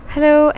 Hello